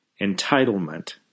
Entitlement